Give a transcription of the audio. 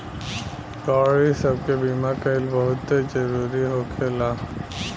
गाड़ी सब के बीमा कइल बहुते जरूरी होखेला